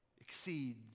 exceeds